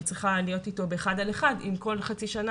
ונמצאת איתו בקשר של אחד על אחד וכל חצי שנה